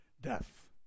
death